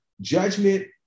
judgment